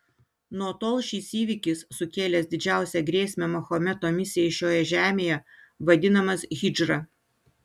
nuo tol šis įvykis sukėlęs didžiausią grėsmę mahometo misijai šioje žemėje vadinamas hidžra